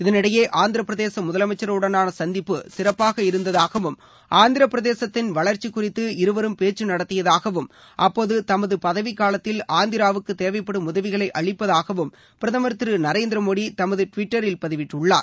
இதனிடையே சந்திப்பு சிறப்பாக இருந்ததாகவும் ஆந்திரபிரதேசத்தின் வளர்ச்சி குறித்து இருவரும் பேச்சு நடத்தியதாகவும் அப்போது தமது பதவி காலத்தில் ஆந்திராவுக்கு தேவைப்படும் உதவிகளை அளிப்பதாகவும் பிரதமர் திரு நரேந்திரமோடி தமது டுவிட்டரில் பதிவிட்டுள்ளார்